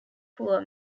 poor